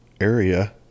area